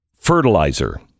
fertilizer